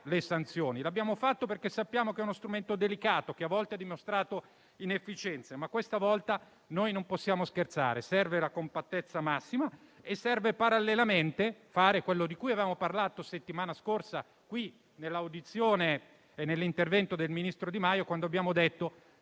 le sanzioni. Lo abbiamo fatto perché sappiamo che è uno strumento delicato, che a volte ha dimostrato inefficienza. Ma questa volta non possiamo scherzare: serve la compattezza massima e parallelamente bisogna fare quello di cui abbiamo parlato la settimana scorsa in questa sede, nell'informativa del ministro Di Maio, quando abbiamo detto